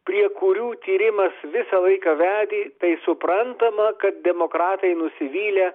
prie kurių tyrimas visą laiką vedė tai suprantama kad demokratai nusivylė